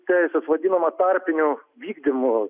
teisės vadinama tarpiniu vykdymu